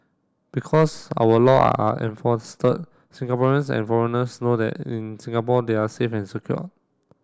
because our law are Singaporeans and foreigners know that in Singapore they are safe and secured